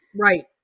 right